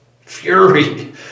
Fury